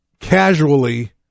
casually